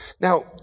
Now